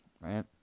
right